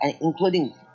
including